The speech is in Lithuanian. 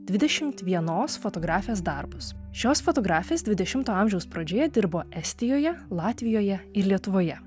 dvidešimt vienos fotografės darbus šios fotografės dvidešimto amžiaus pradžioje dirbo estijoje latvijoje ir lietuvoje